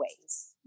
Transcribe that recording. ways